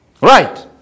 Right